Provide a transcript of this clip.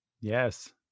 yes